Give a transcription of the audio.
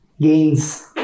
gains